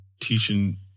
teaching